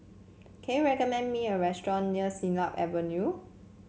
can you recommend me a restaurant near Siglap Avenue